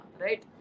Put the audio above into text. Right